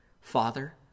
Father